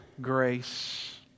grace